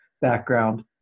background